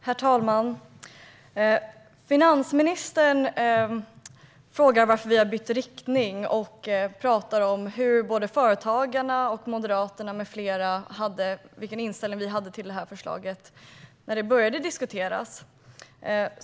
Herr talman! Finansministern frågar varför vi har ändrat inriktning och talar om vilken inställning Företagarna, Moderaterna med flera hade till detta förslag när det började diskuteras.